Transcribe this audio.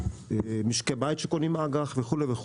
משקי בית שקונים אג"ח וכולי.